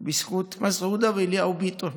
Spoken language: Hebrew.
בזכות מסעודה ואליהו ביטון